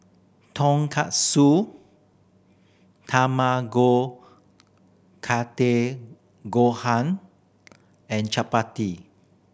Tonkatsu Tamago Kake Gohan and Chapati